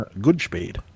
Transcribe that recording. Goodspeed